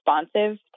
responsive